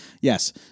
Yes